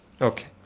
Okay